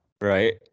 right